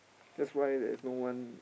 that's why there's no one